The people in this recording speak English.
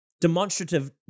Demonstrative